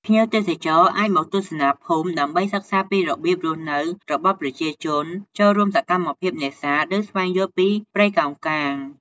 ភ្ញៀវទេសចរអាចមកទស្សនាភូមិ ដើម្បីសិក្សាពីរបៀបរស់នៅរបស់ប្រជាជន ចូលរួមសកម្មភាពនេសាទ ឬស្វែងយល់ពីព្រៃកោងកាង។